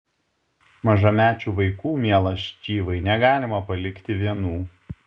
mažamečių vaikų mielas čyvai negalima palikti vienų